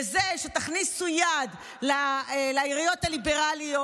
בזה שתכניסו יד לעיריות הליברליות,